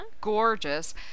gorgeous